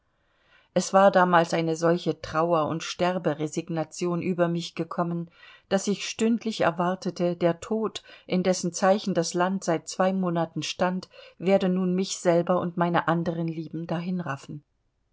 es war damals eine solche trauer und sterberesignation über mich gekommen daß ich stündlich erwartete der tod in dessen zeichen das land seit zwei monaten stand werde nun mich selber und meine anderen lieben